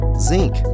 zinc